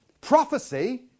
Prophecy